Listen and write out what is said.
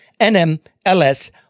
NMLS